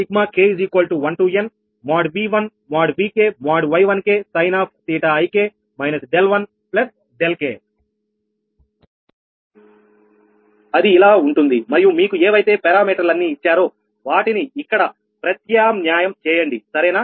Q1 k1nV1VkY1k sinik 1 k అది ఇలా ఉంటుంది మరియు మీకు ఏవైతే పారామీటర్లు అన్నీ ఇచ్చారో వాటిని ఇక్కడ ప్రత్యామ్న్యాయం చేయండి సరేనా